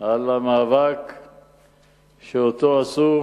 על המאבק שעשו,